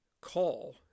call